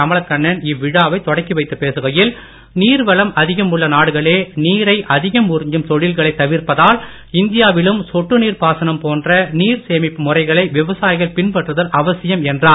கமலக் கண்ணன் இவ்விழாவை தொடக்கி வைத்து பேசுகையில் நீர்வளம் அதிகம் உள்ள நாடுகளே நீரை அதிகம் உறிஞ்சும் தொழில்களை தவிர்ப்பதால் இந்தியாவிலும் சொட்டு நீர் பாசனம் போன்ற நீர் சேமிப்பு முறைகளை விவசாயிகள் பின்பற்றுதல் அவசியம் என்றார்